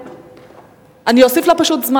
אני אוסיף לה זמן.